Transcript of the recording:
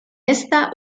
esta